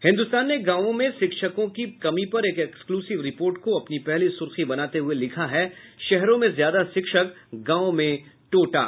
हिन्दुस्तान ने गांवों में शिक्षकों की कमी पर एक एक्सक्लूसिव रिपोर्ट को अपनी पहली सुर्खी बनाते हुए लिखा है शहरों में ज्यादा शिक्षक गांवों में टोटा